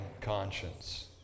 conscience